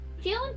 feeling